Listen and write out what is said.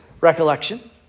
recollection